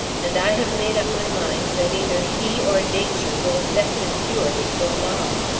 and i have made up my mind that either he or nature will effect a cure before long.